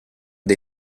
dei